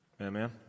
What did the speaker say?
Amen